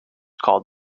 called